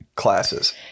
classes